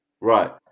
Right